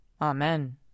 Amen